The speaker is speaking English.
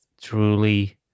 truly